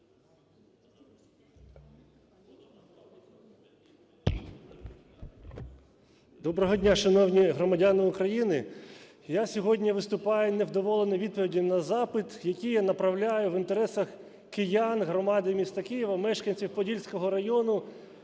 Доброго дня, шановні громадяни України. Я сьогодні виступаю невдоволений відповіддю на запит, який я направляю в інтересах киян громади міста Києва, мешканців Подільського району.